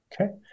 Okay